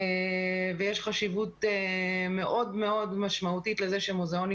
ויש חשיבות מאוד מאוד משמעותית לזה שמוזיאונים